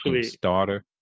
starter